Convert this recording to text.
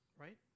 right